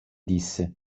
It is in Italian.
disse